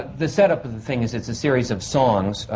the setup of the thing is it's a series of songs,